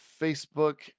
Facebook